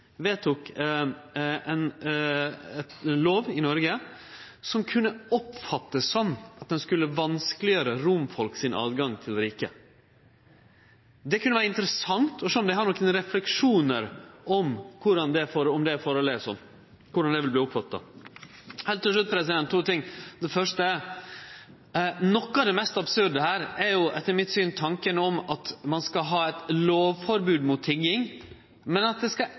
vedtok ei lov i Noreg som kunne oppfattast slik at ho skulle gjere det vanskeleg for romfolk å få tilgjenge til riket? Det kunne vore interessant å sjå om dei har nokre refleksjonar om forholdet er slik, korleis det vil verte oppfatta. Så til to andre ting. Det første er: Noko av det mest absurde her er etter mitt syn tanken om at ein skal ha eit lovforbod mot tigging, men at ein ikkje skal ha eit lovforbod mot å kjøpe sex. Det